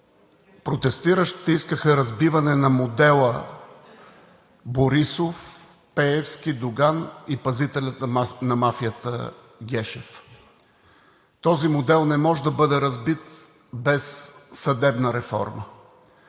Протестиращите искаха разбиване на модела Борисов – Пеевски –Доган, и пазителят на мафията Гешев. Този модел не може да бъде разбит без съдебна реформа.